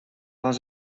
van